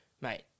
mate